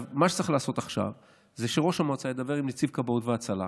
מה שצריך לעשות עכשיו זה שראש המועצה ידבר עם נציב כבאות והצלה.